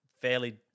fairly